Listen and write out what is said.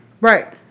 Right